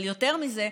אבל יותר מזה,